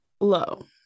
low